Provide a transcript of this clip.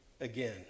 again